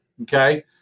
Okay